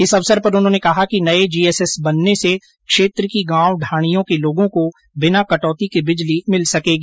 इस अवसर पर उन्होंने कहा कि नये जीएसएस बनने से क्षेत्र की गांव ढाणियों के लोगों को बिना कटौति के बिजली मिल सकेगी